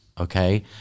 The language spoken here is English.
Okay